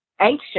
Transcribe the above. ancient